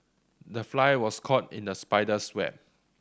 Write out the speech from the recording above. the fly was caught in the spider's web